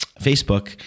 Facebook